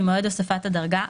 ממועד הוספת הדרגה,